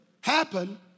happen